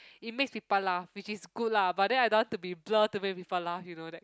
it makes people laugh which is good lah but then I don't want to be blur to make people laugh you know that